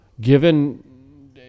given